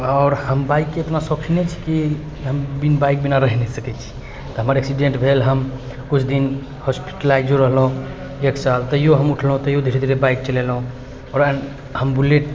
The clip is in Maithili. आओर हम बाइकके इतना शौकीने छी कि हम बिन बाइक बिना रहि नहि सकै छी तऽ हमर एक्सीडेन्ट भेल है हम कुछ दिन हॉस्पिटलाइजजो रहलहुँ एक साल तैओ हम उठलहुँ तैओ धीरे धीरे बाइक चलेलहुँ आओर एहन हम बुलेट